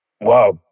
wow